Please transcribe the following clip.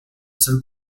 seul